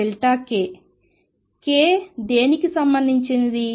k దేనికి సంబంధించినది